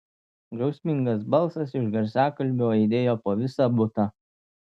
griausmingas balsas iš garsiakalbio aidėjo po visą butą